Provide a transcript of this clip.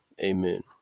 amen